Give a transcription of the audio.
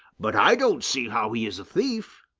but i don't see how he is a thief,